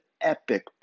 epic